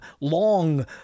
long